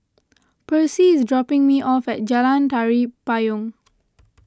Percy is dropping me off at Jalan Tari Payong